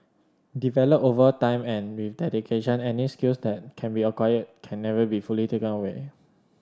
developed over time and with dedication any skill that can be acquired can never be fully taken away